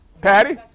Patty